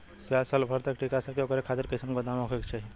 प्याज साल भर तक टीका सके ओकरे खातीर कइसन गोदाम होके के चाही?